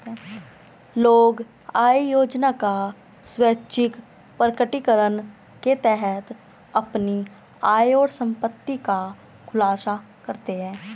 लोग आय योजना का स्वैच्छिक प्रकटीकरण के तहत अपनी आय और संपत्ति का खुलासा करते है